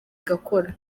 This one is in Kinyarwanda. igakora